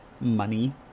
money